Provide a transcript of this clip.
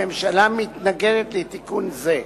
הממשלה מתנגדת לתיקון זה.